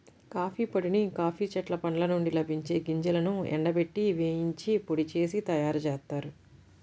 coffee పొడిని coffee చెట్ల పండ్ల నుండి లభించే గింజలను ఎండబెట్టి, వేయించి పొడి చేసి తయ్యారుజేత్తారు